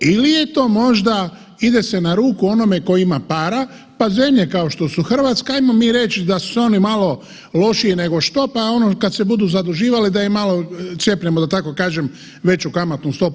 Ili je to možda ide se na ruku onome tko ima para, pa zemlje kao što su Hrvatska ajmo mi reći da su se oni malo lošiji nego što, pa ono kad se budu zaduživali da im malo cjepnemo, da tako kažem, veću kamatnu stopu.